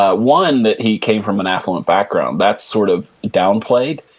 ah one, that he came from an affluent background. that's sort of downplayed.